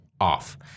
off